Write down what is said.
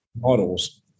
models